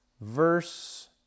verse